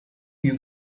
you